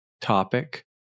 topic